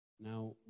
Now